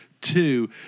Two